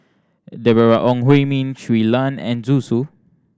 Deborah Ong Hui Min Shui Lan and Zhu Xu